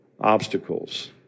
obstacles